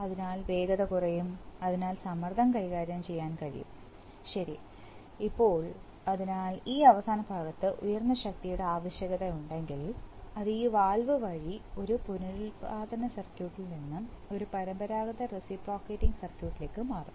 അതിനാൽ വേഗത കുറയും അതിനാൽ സമ്മർദ്ദം കൈകാര്യം ചെയ്യാൻ കഴിയും ശരി ഇപ്പോൾ അതിനാൽ ഈ അവസാനഭാഗത്ത് ഉയർന്ന ശക്തിയുടെ ആവശ്യകത ഉണ്ടെങ്കിൽ അത് ഈ വാൽവ് വഴി ഒരു പുനരുൽപ്പാദനസർക്യൂട്ടിൽ നിന്ന് ഒരു പരമ്പരാഗത റെസിപ്രോക്കറ്റിംഗ് സർക്യൂട്ട് ലേക്ക് മാറും